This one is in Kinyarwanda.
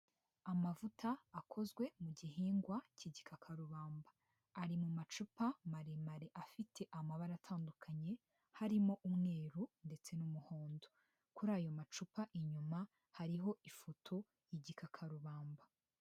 Amavuta akozwe mu gihingwa k'igikakarubamba, ari mu macupa maremare afite amabara atandukanye, harimo umweru ndetse n'umuhondo, kuri ayo macupa inyuma hariho ifoto y'igikakarubamba.